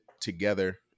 together